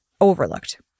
overlooked